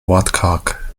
wortkarg